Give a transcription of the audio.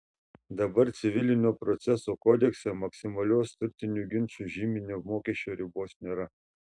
dabar civilinio proceso kodekse maksimalios turtinių ginčų žyminio mokesčio ribos nėra